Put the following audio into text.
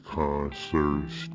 concerts